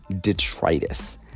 detritus